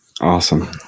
awesome